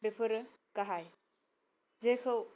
बेफोरो गाहाय जेखौ